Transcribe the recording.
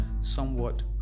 somewhat